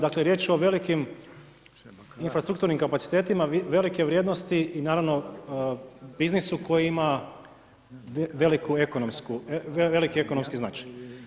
Dakle, riječ je o velikim infrastrukturnim kapacitetima velike vrijednosti i naravno biznisu koji ima veliki ekonomski značaj.